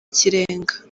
ikirenga